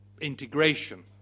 integration